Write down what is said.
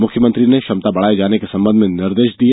मुख्यमंत्री ने क्षमता बढ़ाए जाने के संबंध में निर्देश दिए